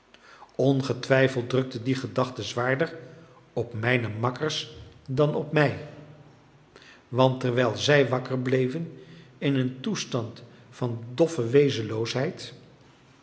ongetwijfeld drukte die gedachte zwaarder op mijne makkers dan op mij want terwijl zij wakker bleven in een toestand van doffe